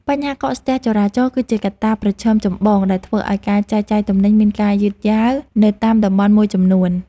បញ្ហាកកស្ទះចរាចរណ៍ គឺជាកត្តាប្រឈមចម្បងដែលធ្វើឱ្យការចែកចាយទំនិញមានការយឺតយ៉ាវនៅតាមតំបន់មួយចំនួន។